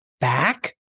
back